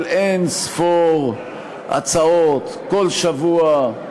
של אין-ספור הצעות כל שבוע,